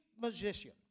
musician